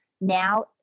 now